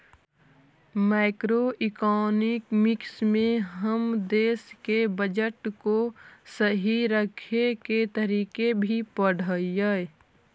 macroeconomics में हम देश के बजट को सही रखे के तरीके भी पढ़अ हियई